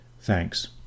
Thanks